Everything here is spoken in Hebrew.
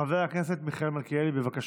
חבר הכנסת מיכאל מלכיאלי, בבקשה.